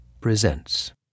presents